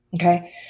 Okay